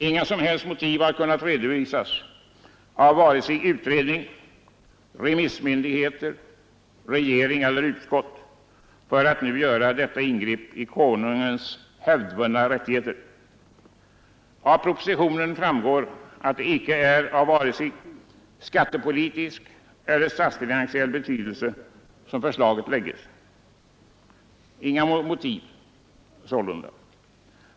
Inga som helst motiv har kunnat redovisas av vare sig utredning, remissmyndigheter, regering eller utskott för att nu göra detta ingrepp i Konungens hävdvunna rättigheter. Av propositionen framgår att förslaget icke har vare sig skattepolitisk eller statsfinansiell betydelse — inga motiv sålunda.